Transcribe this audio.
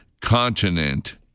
continent